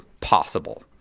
possible